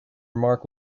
remark